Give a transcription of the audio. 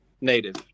Native